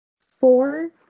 Four